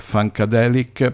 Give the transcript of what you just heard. Funkadelic